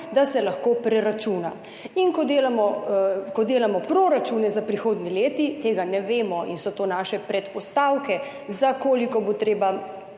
da se lahko preračuna. In delamo proračune za prihodnji leti, tega ne vemo in so to, za koliko bo treba